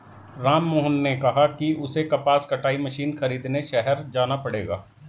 राममोहन ने कहा कि उसे कपास कटाई मशीन खरीदने शहर जाना पड़ेगा